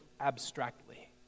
abstractly